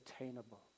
attainable